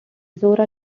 zora